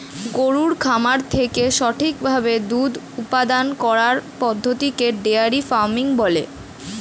গরুর খামার থেকে সঠিক ভাবে দুধ উপাদান করার পদ্ধতিকে ডেয়ারি ফার্মিং বলে